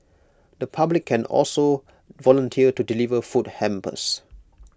the public can also volunteer to deliver food hampers